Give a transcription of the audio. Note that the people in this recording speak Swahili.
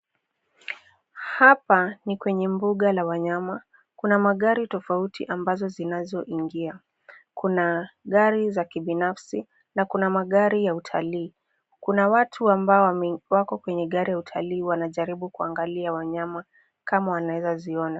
Hapa ni kwenye mbuga la wanyama, kuna magari tofauti ambazo zinazoingia. Kuna gari za kibinafsi, na kuna magari ya utalii. Kuna watu ambao wako kwenye gari ya utalii wanajaribu kuangalia wanyama kama wanaeza ziona.